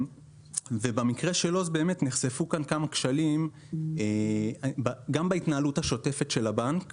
במקרה שלו באמת נחשפו כאן כמה כשלים גם בהתנהלות השוטפת של הבנק